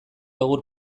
egur